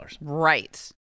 Right